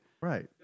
Right